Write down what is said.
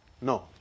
No